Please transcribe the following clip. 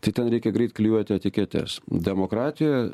tai ten reikia greit klijuoti etiketes demokratija